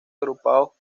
agrupados